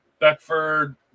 Beckford